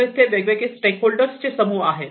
तर इथे वेगवेगळे स्टेक होल्डर्स चे समूह आहेत